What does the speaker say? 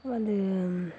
வந்து